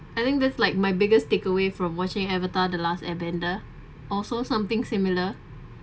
I think that's like my biggest takeaway from watching avatar the last airbender also something similar